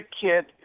kid